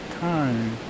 time